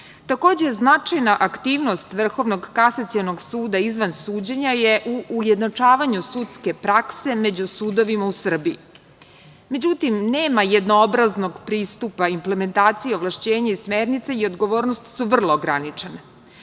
Takođe, značajna aktivnost Vrhovnog kasacionog suda izvan suđenja je u ujednačavanju sudske prakse među sudovima u Srbiji. Međutim, nema jednoobraznog pristupa implementaciji, ovlašćenje i smernice i odgovornost su vrlo ograničene.